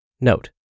Note